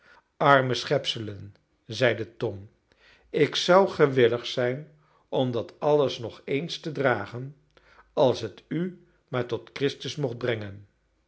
arme schepselen zeide tom ik zou gewillig zijn om dat alles nog eens te dragen als het u maar tot christus mocht brengen